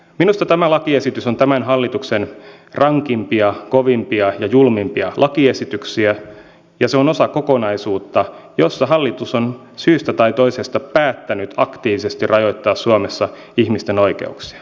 minusta tämä lakiesitys on tämän hallituksen rankimpia kovimpia ja julmimpia lakiesityksiä ja se on osa kokonaisuutta jossa hallitus on syystä tai toisesta päättänyt aktiivisesti rajoittaa suomessa ihmisten oikeuksia